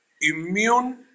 immune